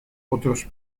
otros